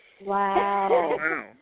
Wow